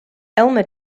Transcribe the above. elmer